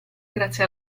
grazie